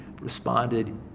responded